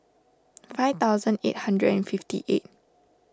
five thousand eight hundred and fifty eight